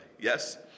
yes